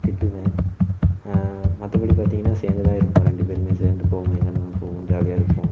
திட்டுவேன் மற்றபடி பார்த்திங்கனா சேர்ந்துதான் இருப்போம் ரெண்டு பேருமே சேர்ந்து போவோம் எங்கே வேணும்னாலும் போவோம் ஜாலியாக இருப்போம்